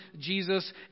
Jesus